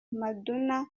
maduna